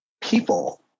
people